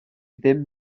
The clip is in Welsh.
ddim